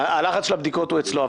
הלחץ של הבדיקות הוא אצלו.